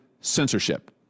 censorship